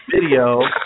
video